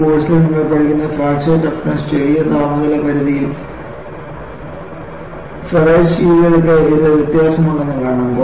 ഈ കോഴ്സിൽ നിങ്ങൾ പഠിക്കുന്ന ഫ്രാക്ചർ ടഫ്നെസ് ചെറിയ താപനില പരിധിയിൽ ഫെറിറ്റിക് സ്റ്റീലുകൾക്ക് ഇത് വ്യത്യാസമുണ്ടെന്ന് കാണാം